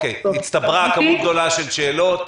הצטברה כמות גדולה של שאלות.